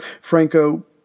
Franco